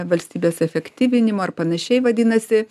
valstybės efektyvinimo ar panašiai vadinasi